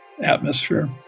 atmosphere